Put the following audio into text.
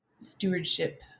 stewardship